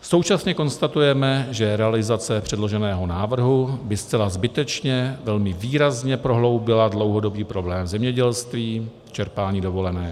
Současně konstatujeme, že realizace předloženého návrhu by zcela zbytečně, velmi výrazně prohloubila dlouhodobý problém zemědělství čerpání dovolené.